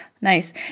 nice